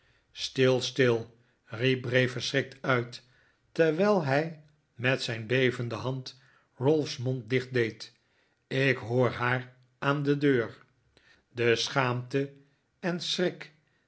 stil stil riep bray verschrikt uit terwijl hij met zijn bevende hand ralph's mond dichthield ik hoor haar aan de deur de schaamte en schrik